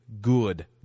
good